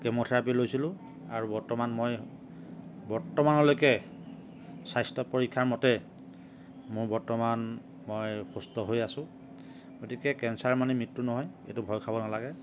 chemotherapy লৈছিলোঁ আৰু বৰ্তমান মই বৰ্তমানলৈকে স্বাস্থ্য পৰীক্ষাৰ মতে মোৰ বৰ্তমান মই সুস্থ হৈ আছোঁ গতিকে কেঞ্চাৰ মানে মৃত্যু নহয় এইটো ভয় খাব নালাগে